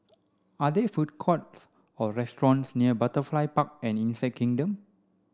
are there food courts or restaurants near Butterfly Park and Insect Kingdom